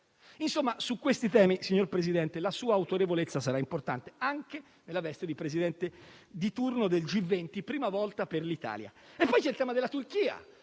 Insomma, su questi temi, presidente Draghi, la sua autorevolezza sarà importante, anche nella veste di presidente di turno del G20, prima volta per l'Italia. Poi, c'è il tema della Turchia,